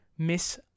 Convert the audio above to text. miss